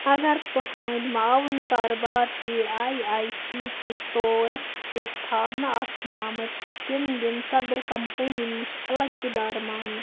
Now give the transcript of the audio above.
اگر تُہٕنٛدۍ معاون کاربار تہِ آیۍ آیۍ سی کِس طورس پیٚٹھ تھاونہٕ آسن آمٕتۍ تِم دِن صدر کمپنی نِش الگ اِدارٕ مانٛنہٕ